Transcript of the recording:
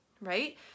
right